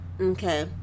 Okay